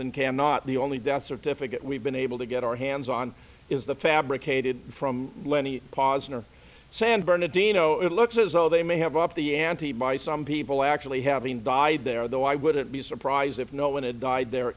and cannot the only death certificate we've been able to get our hands on is the fabricated from lenny posner san bernardino it looks as though they may have upped the ante by some people actually having died there though i wouldn't be surprised if no one had died there